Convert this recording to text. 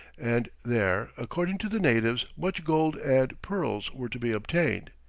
and there according to the natives, much gold and pearls were to be obtained.